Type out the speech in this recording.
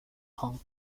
hong